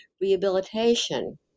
rehabilitation